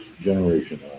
generation